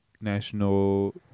National